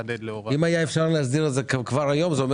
אם אפשר להסדיר את זה כבר היום זה אומר